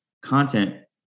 content